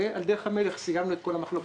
ועל דרך המלך סיימנו את כל המחלוקות.